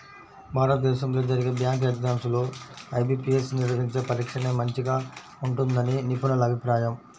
భారతదేశంలో జరిగే bank exams లో ఐ.బీ.పీ.యస్ నిర్వహించే పరీక్షనే మంచిగా ఉంటుందని నిపుణుల అభిప్రాయం